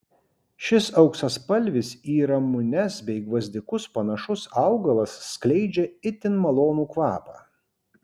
šis auksaspalvis į ramunes bei gvazdikus panašus augalas skleidžia itin malonų kvapą